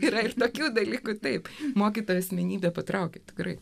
yra ir tokių dalykų taip mokytojo asmenybė patraukė tikrai